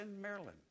Maryland